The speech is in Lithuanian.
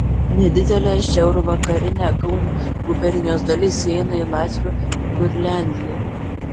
nedidelė šiaurvakarinė kauno gubernijos dalis įeina į latvių kurliandiją